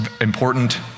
important